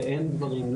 ואין דברים.